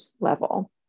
level